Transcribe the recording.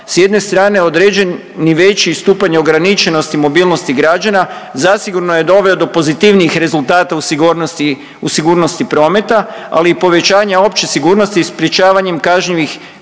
S jedne strane određen je veći stupanj ograničenosti i mobilnosti građana zasigurno je doveo do pozitivnijih rezultata u sigurnosti prometa, ali i povećanja opće sigurnosti i sprječavanjem kažnjivih